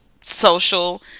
social